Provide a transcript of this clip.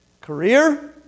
Career